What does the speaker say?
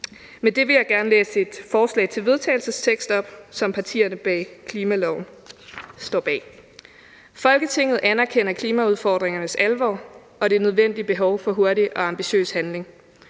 Med det vil jeg gerne læse et forslag til vedtagelse op, som partierne bag klimaloven står bag: Forslag til vedtagelse »Folketinget anerkender klimaudfordringens alvor og det nødvendige behov for hurtig og ambitiøs handling.